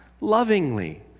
lovingly